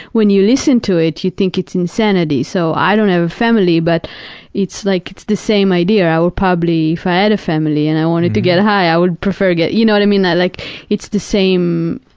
when you listen to it, you think it's insanity, so i don't have a family, but it's like, it's the same idea. i would probably, if i had a family and i wanted to get high, i would prefer to get, you know what i mean, that like it's the same,